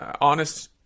honest